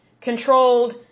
controlled